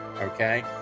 okay